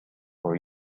for